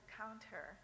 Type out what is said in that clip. counter